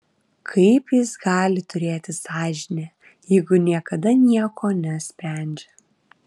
kaip jis gali turėti sąžinę jeigu niekada nieko nesprendžia